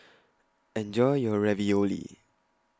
Enjoy your Ravioli